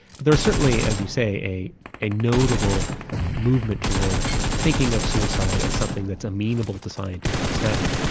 but there was certainly, as you say a a notable movement towards thinking of suicide as something that's amenable to scientific study.